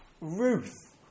Ruth